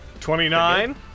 Twenty-nine